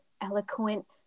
eloquent